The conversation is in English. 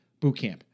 bootcamp